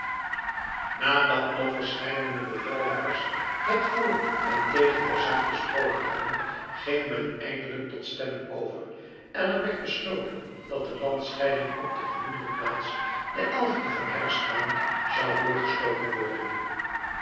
nadat nog verscheidene bevelhebbers het voor en tegen der zaak besproken hadden ging men eindelijk tot stemming over en er werd besloten dat de landscheiding op de genoemde plaats den elfden van herfstmaand zou doorgestoken worden